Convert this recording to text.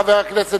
חבר הכנסת